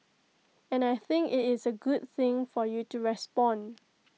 and I think IT is A good thing for you to respond